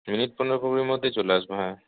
minute পনেরো কুড়ির মধ্যেই চলে আসবো হ্যাঁ